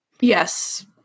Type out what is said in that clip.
yes